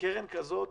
קרן כזאת,